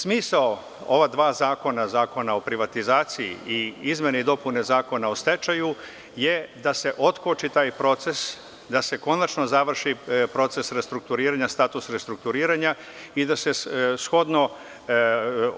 Smisao ova dva zakona, Zakona o privatizaciji i izmene i dopune Zakona o stečaju je da se otkoči taj proces, da se konačno završi proces restrukturiranja, status restrukturiranja i da se shodno